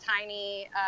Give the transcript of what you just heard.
tiny